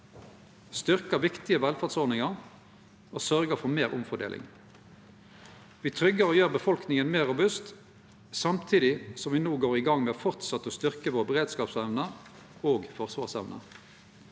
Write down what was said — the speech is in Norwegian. styrkjer viktige velferdsordningar og sørgjer for meir omfordeling. Me tryggjar og gjer befolkninga meir robust samtidig som me no går i gang med framleis å styrkje vår beredskapsevne og forsvarsevne.